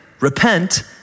Repent